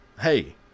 hey